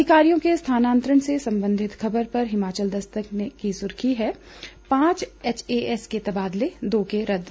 अधिकारियों के स्थानांतरण से संबंधित खबर पर हिमाचल दस्तक की सुर्खी है पांच एचएएस के तबादले दो के रदद